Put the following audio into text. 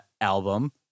album